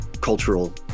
cultural